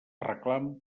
reclam